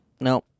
No